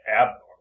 abnormal